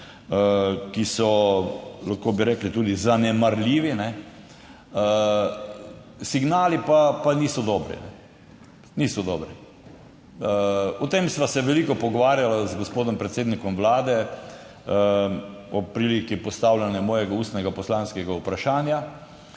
ki so, lahko bi rekli, tudi zanemarljivi signali, pa niso dobri. Niso dobri. O tem sva se veliko pogovarjala z gospodom predsednikom Vlade ob priliki postavljanja mojega ustnega poslanskega vprašanja